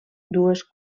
dues